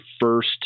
first